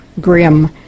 grim